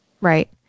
Right